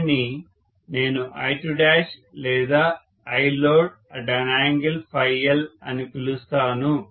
దీనిని నేను I2 లేదా ILoad∠L అని పిలుస్తాను